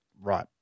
Right